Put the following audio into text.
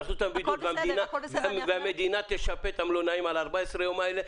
הם ייכנסו לבידוד והמדינה תשפה את המלונאים על ה-14 יום האלה.